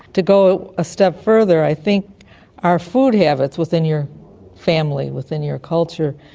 to go a step further, i think our food habits within your family, within your culture,